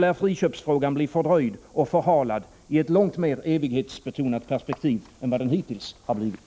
lär friköpsfrågan bli fördröjd och förhalad i ett långt mer evighetsbetonat perspektiv än vad den hittills har blivit.